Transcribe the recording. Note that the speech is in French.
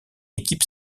équipe